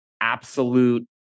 absolute